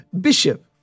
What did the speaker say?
Bishop